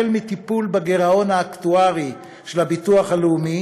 מטיפול בגירעון האקטוארי של הביטוח הלאומי